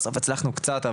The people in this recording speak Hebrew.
בסוף הצלחנו קצת,